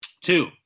Two